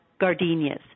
gardenias